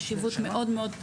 חשיבות מאוד מאוד גדולה,